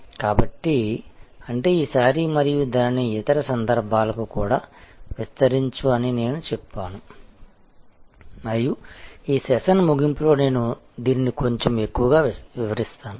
కాబట్టి అంటే ఈసారి మరియు దానిని ఇతర సందర్భాలకు కూడా విస్తరించు అని నేను చెప్తాను మరియు ఈ సెషన్ ముగింపులో నేను దీనిని కొంచెం ఎక్కువగా వివరిస్తాను